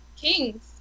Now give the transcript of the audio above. kings